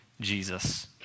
Jesus